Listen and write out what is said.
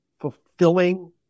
fulfilling